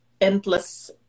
endless